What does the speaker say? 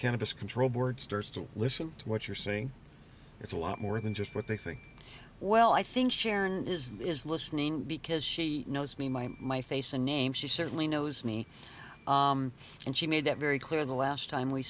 cannabis control board starts to listen to what you're saying it's a lot more than just what they think well i think sharon is that is listening because she knows me my my face and name she certainly knows me and she made it very clear in the last time we